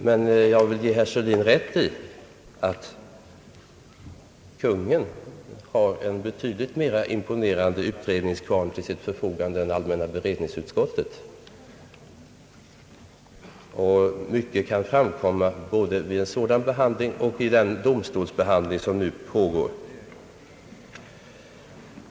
Jag vill dock ge herr Sörlin rätt i att Kungl. Maj:t har en mera imponerande utredningsapparat till sitt förfogande än allmänna beredningsutskottet. Mycket kan framkomma både vid en sådan behandling och i den domstolsgranskning, som nu pågår.